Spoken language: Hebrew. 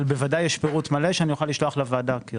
ודאי יש פירוט מלא שאוכל לשלוח לוועדה.